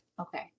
Okay